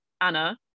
Anna